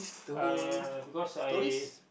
uh because I